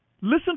Listen